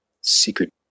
secret